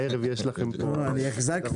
חושב שזה משהו